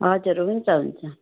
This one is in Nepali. हजुर हुन्छ हुन्छ